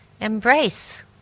embrace